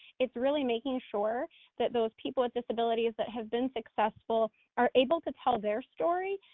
it's really making sure that those people with disabilities that have been successful are able to tell their story,